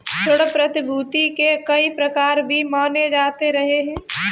ऋण प्रतिभूती के कई प्रकार भी माने जाते रहे हैं